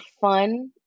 fun